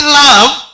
love